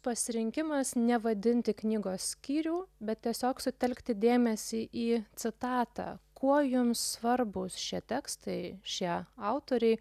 pasirinkimas nevadinti knygos skyrių bet tiesiog sutelkti dėmesį į citatą kuo jums svarbūs šie tekstai šie autoriai